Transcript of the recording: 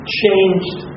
changed